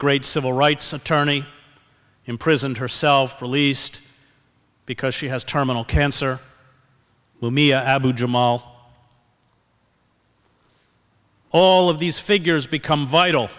great civil rights attorney imprisoned herself released because she has terminal cancer lumia abu jamal all of these figures become vital